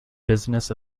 business